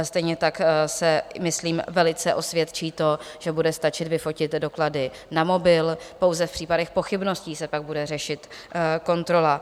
Stejně tak se myslím velice osvědčí to, že bude stačit vyfotit doklady na mobil, pouze v případech pochybností se pak bude řešit kontrola.